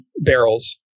barrels